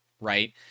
right